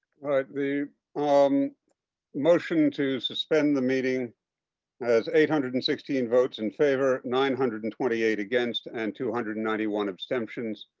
um motion to suspend the meeting has eight hundred and sixteen votes in favor. nine hundred and twenty eight against and two hundred and ninety one abstentions.